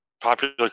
popular